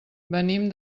venim